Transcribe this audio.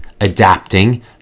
adapting